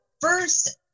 first